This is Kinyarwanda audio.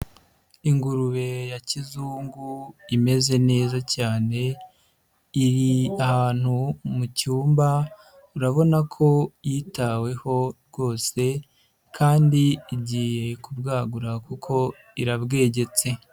Ingurube ya kizungu imeze neza cyane, iri ahantu mu cyumba, urabona ko yitaweho rwose kandi igiye kubwagura kuko irabwegetse.